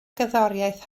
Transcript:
gerddoriaeth